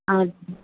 हजुर